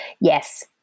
Yes